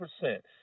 percent